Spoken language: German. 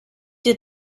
dir